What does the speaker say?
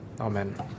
Amen